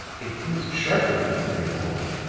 it closed sharply, but not very loudly.